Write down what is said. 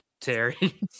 Terry